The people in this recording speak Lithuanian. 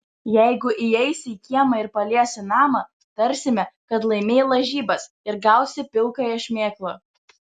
jeigu įeisi į kiemą ir paliesi namą tarsime kad laimėjai lažybas ir gausi pilkąją šmėklą